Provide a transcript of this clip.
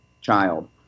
child